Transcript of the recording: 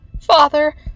Father